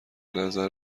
نظر